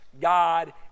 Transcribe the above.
God